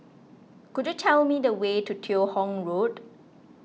could you tell me the way to Teo Hong Road